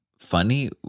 funny